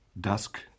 Dusk